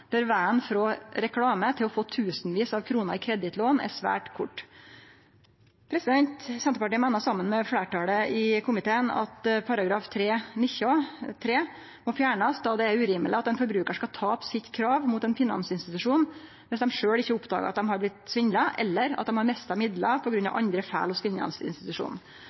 der vegen frå reklame til å få tusenvis av kroner i kredittlån er svært kort. Senterpartiet meiner saman med fleirtalet i komiteen at § 3-19 tredje ledd må fjernast, då det er urimeleg at forbrukarar skal tape kravet mot ein finansinstitusjon dersom dei sjølve ikkje har oppdaga at dei har vorte svindla eller mista midlar på grunn av andre